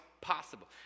possible